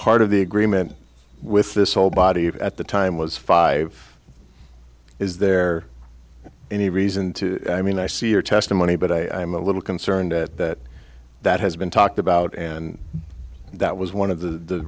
part of the agreement with this whole body of at the time was five is there any reason to i mean i see your testimony but i'm a little concerned that that has been talked about and that was one of the